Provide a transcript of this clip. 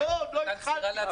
לא, עוד לא התחלתי.